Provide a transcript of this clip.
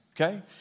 Okay